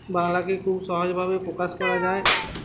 বাংলাকে খুব সহজভাবে প্রকাশ করা যায়